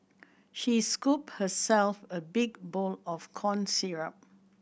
she scooped herself a big bowl of corn